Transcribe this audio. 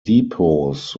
depots